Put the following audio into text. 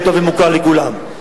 ידוע ומוכר לכולם.